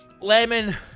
Lemon